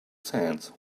sands